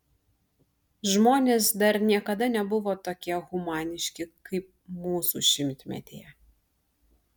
žmonės dar niekada nebuvo tokie humaniški kaip mūsų šimtmetyje